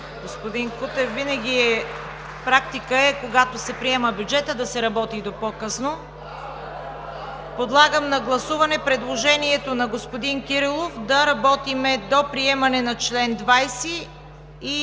Господин Кутев, практика е, когато се приема бюджетът, да се работи до по-късно. Подлагам на гласуване предложението на господин Кирилов да работим до приемане на чл. 20